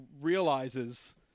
realizes